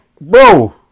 bro